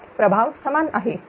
प्रभाव समान आहे